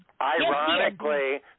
ironically